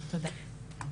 תודה.